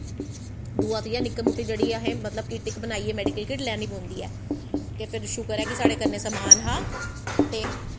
दुआ निक्की मुट्टी जेह्ड़ी असें किट बनाइयै मैडिकल किट लानी पौंदी ऐ ते फिर शुकर ऐ कन्नै समान हा ते